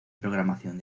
programación